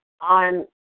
on